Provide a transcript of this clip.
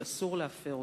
ואסור להפר אותה.